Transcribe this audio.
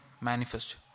manifest